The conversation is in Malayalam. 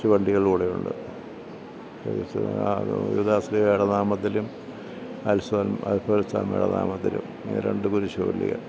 കുരിശുപള്ളികൾ ഇവിടെ ഉണ്ട് വിശുദ്ധ യൂദാശ്ലീഹയുടെ നാമത്തിലും അൽഫോൺസാമ്മയുടെ നാമത്തിലും ഈ രണ്ട് കുരിശ് പള്ളികൾ